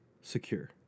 secure